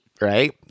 right